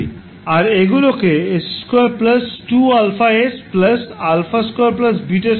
আর এগুলোকে 𝑠2 2𝛼𝑠 𝛼2 𝛽2এর মতো এমনভাবে সাজাবো